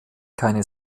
keine